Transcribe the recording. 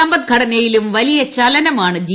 സമ്പദ്ഘടനയിലും വലിയ ചലനമാണ് ജി